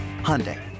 Hyundai